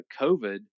COVID